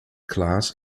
class